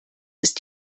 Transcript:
ist